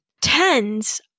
Tens